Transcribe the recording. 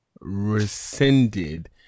rescinded